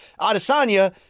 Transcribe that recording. Adesanya